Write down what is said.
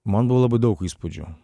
man buvo labai daug įspūdžių